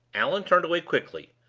allan turned away quickly,